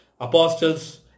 Apostles